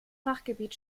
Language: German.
fachgebiet